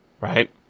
right